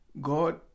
god